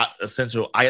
essential